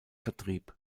vertrieb